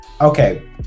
okay